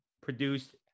produced